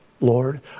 Lord